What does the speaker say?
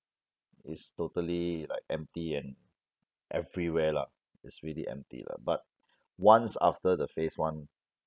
it's totally like empty and everywhere lah it's really empty lah but once after the phase one